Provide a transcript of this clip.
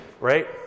right